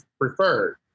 preferred